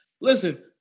listen